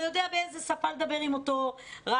הוא יודע באיזה שפה לדבר עם אותו רב,